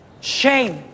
Shame